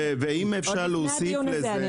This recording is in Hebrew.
אדוני, אני